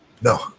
No